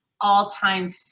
all-time